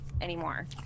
anymore